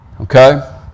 Okay